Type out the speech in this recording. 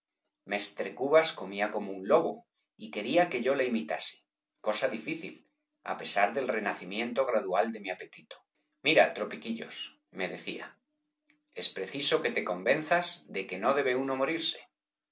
mestre cubas comía como un lobo y quería que yo le imitase cosa difícil á pesar del renacimiento gradual de mi apetito mira tropiquillos me decía es preciso que te convenzas de que no debe uno morirse